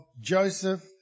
Joseph